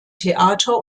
theater